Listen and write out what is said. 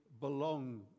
belong